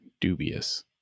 Dubious